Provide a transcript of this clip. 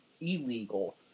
illegal